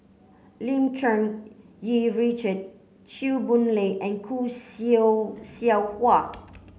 Lim Cherng Yih Richard Chew Boon Lay and Khoo Seow Seow Hwa